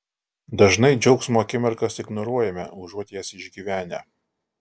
dažnai džiaugsmo akimirkas ignoruojame užuot jas išgyvenę